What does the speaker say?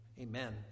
Amen